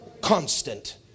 constant